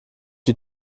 die